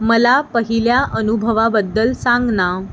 मला पहिल्या अनुभवाबद्दल सांग ना